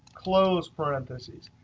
close parentheses,